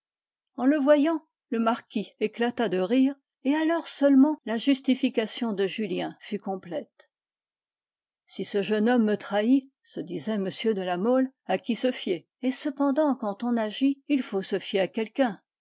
en le voyant le marquis éclata de rire et alors seulement la justification de julien fut complète si ce jeune homme me trahit se disait m de la mole à qui se fier et cependant quand on agit il faut se fier à quelqu'un